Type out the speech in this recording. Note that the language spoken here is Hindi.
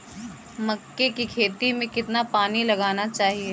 मक्के की खेती में कितना पानी लगाना चाहिए?